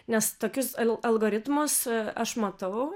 nes tokius algoritmus aš matavau